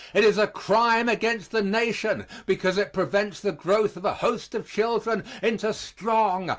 it is a crime against the nation because it prevents the growth of a host of children into strong,